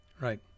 Right